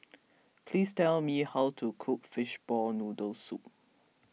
please tell me how to cook Fishball Noodle Soup